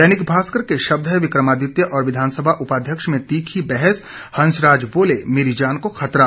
दैनिक भास्कर के शब्द हैं विक्रमादित्य और विधानसभा उपाध्यक्ष में तीखी बहस हंसराज बोले मेरी जान को खतरा